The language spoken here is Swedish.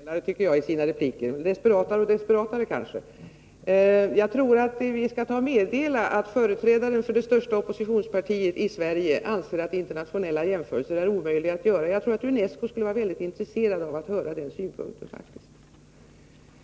Herr talman! Stig Alemyr blir originellare och originellare i sina repliker, eller kanske desperatare och desperatare. Jag tror att vi skall meddela UNESCO att företrädaren för det största oppositionspartiet i Sverige anser att internationella jämförelser på utbildningsområdet är omöjliga att göra. Jag tror faktiskt att man skulle vara intresserad av att höra den synpunkten.